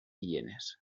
hienes